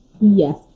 Yes